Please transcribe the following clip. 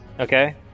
Okay